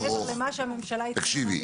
תקשיבי,